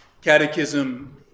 catechism